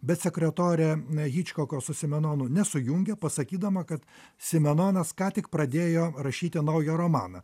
bet sekretorė hičkoko su simenonu nesujungė pasakydama kad simenonas ką tik pradėjo rašyti naują romaną